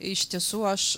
iš tiesų aš